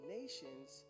nations